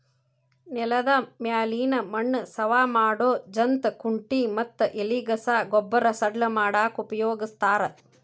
ನೆಲದ ಮ್ಯಾಲಿನ ಮಣ್ಣ ಸವಾ ಮಾಡೋ ಜಂತ್ ಕುಂಟಿ ಮತ್ತ ಎಲಿಗಸಾ ಗೊಬ್ಬರ ಸಡ್ಲ ಮಾಡಾಕ ಉಪಯೋಗಸ್ತಾರ